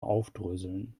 aufdröseln